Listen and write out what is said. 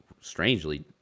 strangely